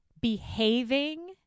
behaving